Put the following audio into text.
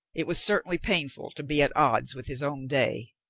it was certainly painful to be at odds with his own day.